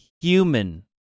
human